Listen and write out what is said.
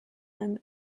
them